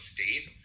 State